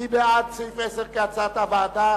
מי בעד הסתייגותה של חברת הכנסת יחימוביץ?